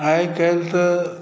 आइ काल्हि तऽ